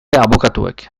abokatuek